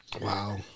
Wow